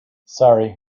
sorry